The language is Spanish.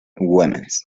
güemes